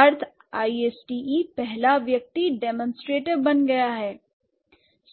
earth I s t e पहला व्यक्ति demonstratives बन गया है